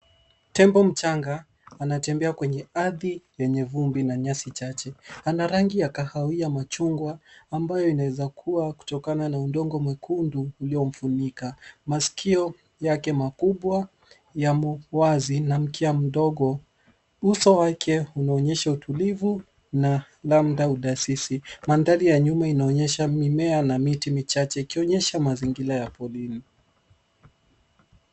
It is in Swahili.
Tembo mchanga anatembea kwenye ardhi yenye vumbi na nyasi chache. Ana rangi ya kahawia machungwa ambayo inaeza kuwa kutokana na udongo mwekundu uliomfunika. Masikio yake makubwa yamo wazi, na ana mkia mdogo. Uso wake unaonyesha utulivu na labda udadisi. Madhari ya nyuma inaonyesha mimea na miti michache ikionyesha mazingira ya porini.